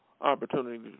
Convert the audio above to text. Opportunity